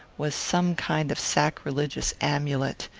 was some kind of sacrilegious amulet,